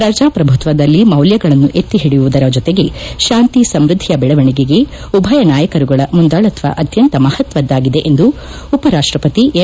ಪ್ರಜಾಪ್ರಭುತ್ವದಲ್ಲಿ ಮೌಲ್ವಗಳನ್ನು ಎತ್ತಿಹಿಡಿಯುವುದರ ಜೊತೆಗೆ ಶಾಂತಿ ಸಮೃದ್ದಿಯ ಬೆಳವಣಿಗೆಗೆ ಉಭಯ ನಾಯಕರುಗಳ ಮುಂದಾಳತ್ವ ಅತ್ಯಂತ ಮಹತ್ವದ್ದಾಗಿದೆ ಎಂದು ಉಪರಾಷ್ಟಪತಿ ಎಂ